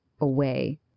away